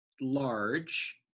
large